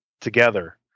together